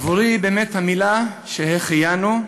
עבורי המילה "שהחיינו"